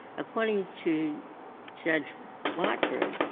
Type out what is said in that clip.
according to judge watford,